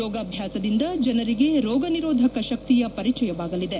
ಯೋಗಾಭ್ಯಾಸದಿಂದ ಜನರಿಗೆ ರೋಗನಿರೋಧಕ ಶಕ್ತಿಯ ಪರಿಚಯವಾಗಲಿದೆ